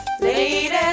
Lady